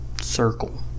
circle